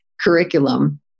curriculum